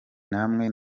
namwe